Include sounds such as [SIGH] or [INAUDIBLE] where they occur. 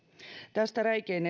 tästä räikein [UNINTELLIGIBLE]